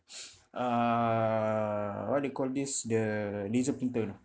err what do you call this the laser printer lah